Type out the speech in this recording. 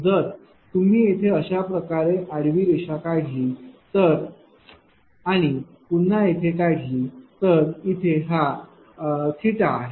जर तुम्ही इथे अशाप्रकारे आडवी रेषा काढली आणि पुन्हा इथे काढली असेल तर इथे हा आहे